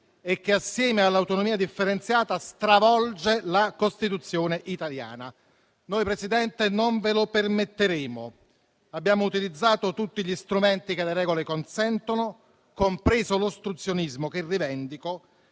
e, assieme all'autonomia differenziata, stravolge la Costituzione italiana. Noi non ve lo permetteremo. Abbiamo utilizzato tutti gli strumenti che le regole consentono, compreso l'ostruzionismo, che rivendico.